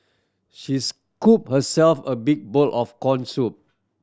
she scooped herself a big bowl of corn soup